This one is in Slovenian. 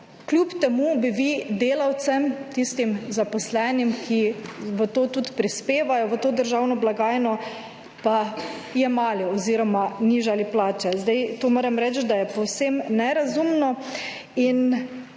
kljub temu bi vi delavcem, tistim zaposlenim, ki tudi prispevajo v to državno blagajno pa jemali oziroma nižali plače. Zdaj tu moram reči, da je povsem nerazumno in